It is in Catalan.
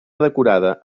decorada